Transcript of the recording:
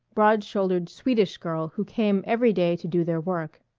broad-shouldered swedish girl who came every day to do their work.